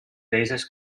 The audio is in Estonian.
teises